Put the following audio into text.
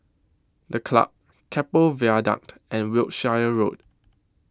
The Club Keppel Viaduct and Wiltshire Road